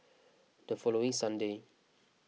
the following Sunday